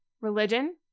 religion